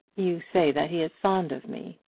you say that he is fond of me.